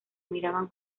miraban